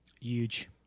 Huge